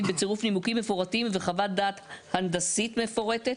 בצירוף נימוקים מפורטים וחוות דעת הנדסית מפורטת,